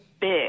big